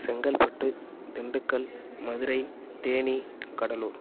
Chengalpattu Dindigul Madurai Theni Cuddalore